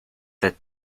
that